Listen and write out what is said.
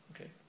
okay